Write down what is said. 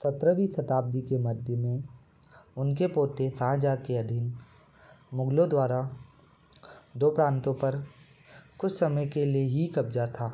सत्रहवीं शताब्दी के मध्य में उनके पोते शाहजहाँ के अधीन मुघलों द्वारा दो प्रांतों पर कुछ समय के लिए ही कब्ज़ा था